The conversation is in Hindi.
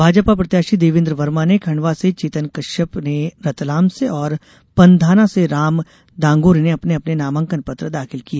भाजपा प्रत्याशी देवेन्द्र वर्मा ने खंडवा से चेतन काश्यप ने रतलाम से और पंधाना से राम दांगोरे ने अपने अपने नामांकन पत्र दाखिल किए